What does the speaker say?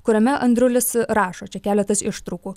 kuriame andrulis rašo čia keletas ištraukų